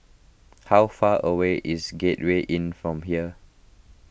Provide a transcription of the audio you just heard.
how far away is Gateway Inn from here